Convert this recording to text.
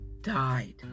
died